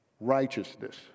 righteousness